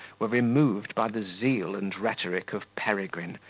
were removed by the zeal and rhetoric of peregrine,